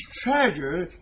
treasure